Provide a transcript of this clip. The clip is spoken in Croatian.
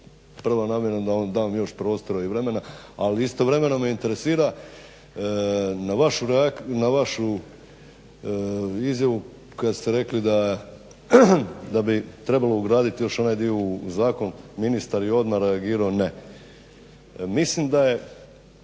prva namjena da vam dam još prostora i vremena ali istovremeno me interesira na vašu izjavu kad ste rekli da bi trebalo ugraditi još onaj dio u zakon ministar je odmah reagirao ne. Mislim da je